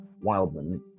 Wildman